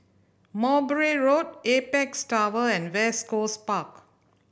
Mowbray Road Apex Tower and West Coast Park